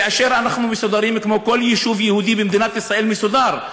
כאשר אנחנו מסודרים כמו שכל יישוב יהודי במדינת ישראל מסודר,